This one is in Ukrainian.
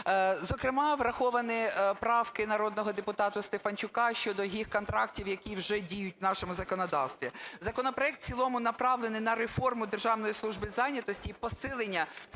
Зокрема враховані правки народного депутата Стефанчука щодо гіг-контрактів, які вже діють в нашому законодавстві. Законопроект в цілому направлений на реформу Державної служби зайнятості і посилення